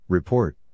Report